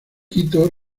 quito